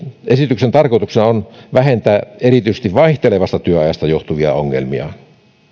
esityksen tarkoituksena on vähentää erityisesti vaihtelevasta työajasta johtuvia ongelmia